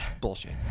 bullshit